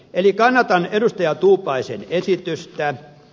eli kannatan edustaja tuupaisen esitystä